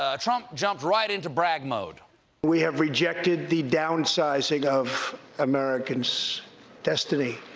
ah trump jumped right into brag mode we have rejected the downsizing of americans' destiny.